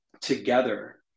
together